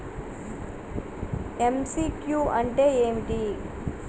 MCQ అంటే ఏమిటి?